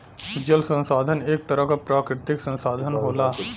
जल संसाधन एक तरह क प्राकृतिक संसाधन होला